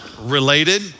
related